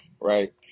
right